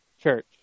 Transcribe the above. church